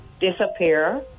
disappear